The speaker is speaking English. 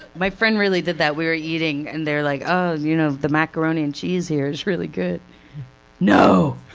my friend really did that, we were eating, and they were like, oh, you know the macaroni and cheese here is really good no!